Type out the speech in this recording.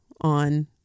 on